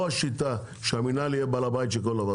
השיטה שהמינהל יהיה בעל הבית של כל דבר.